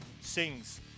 sings